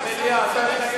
מליאה.